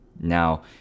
Now